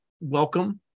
welcome